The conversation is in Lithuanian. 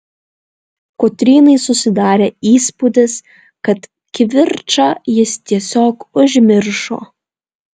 kotrynai susidarė įspūdis kad kivirčą jis tiesiog užmiršo